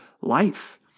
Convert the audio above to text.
life